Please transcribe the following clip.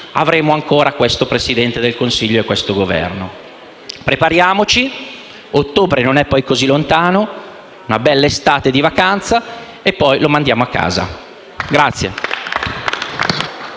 avremo ancora questo Presidente del Consiglio e questo Governo. Prepariamoci perché ottobre non è così lontano: una bella estate di vacanza e poi lo mandiamo a casa.